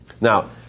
Now